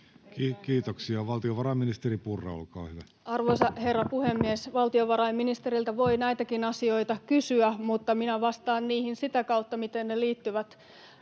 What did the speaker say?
Kiitoksia. — Valtiovarainministeri Purra, olkaa hyvä. Arvoisa herra puhemies! Valtiovarainministeriltä voi näitäkin asioita kysyä, mutta minä vastaan niihin sitä kautta, miten ne liittyvät